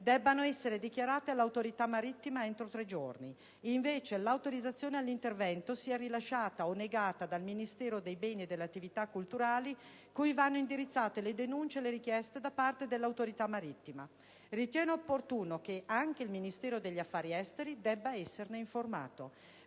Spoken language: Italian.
devono essere dichiarati all'Autorità marittima entro 3 giorni e che l'autorizzazione all'intervento deve essere invece rilasciata, o negata, dal Ministero dei beni e delle attività culturali, cui vanno indirizzate le denunce e le richieste da parte dell'Autorità marittima. Si ritiene opportuno che anche il Ministero degli affari esteri debba esserne informato.